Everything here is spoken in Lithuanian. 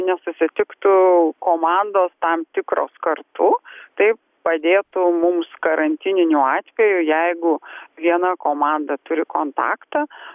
nesusitiktų komandos tam tikros kartu tai padėtų mums karantininiu atveju jeigu viena komanda turi kontaktą